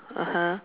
(uh huh)